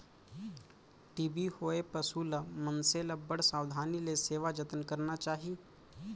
TB होए पसु ल, मनसे ल बड़ सावधानी ले सेवा जतन करना चाही